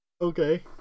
Okay